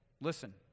Listen